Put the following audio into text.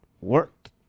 work